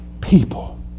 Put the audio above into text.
people